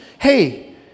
Hey